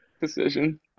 decision